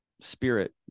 Spirit